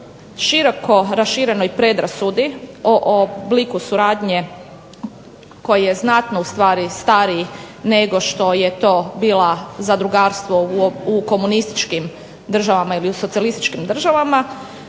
široko raširenoj predrasudi o obliku suradnje koji je znatno ustvari stariji nego što je to bilo zadrugarstvo u komunističkim državama ili u socijalističkim državama.